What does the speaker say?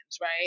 right